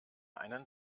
einen